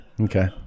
Okay